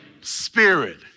Spirit